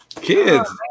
Kids